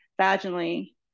vaginally